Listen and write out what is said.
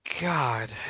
God